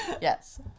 yes